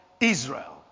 Israel